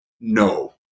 No